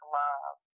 love